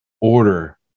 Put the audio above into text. order